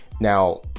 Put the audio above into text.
now